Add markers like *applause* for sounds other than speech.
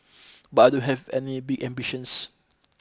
*noise* but I don't have any big ambitions